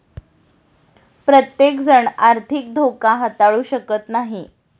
प्रत्येकजण आर्थिक धोका हाताळू शकत नाही